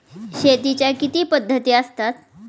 शेतीच्या किती पद्धती असतात?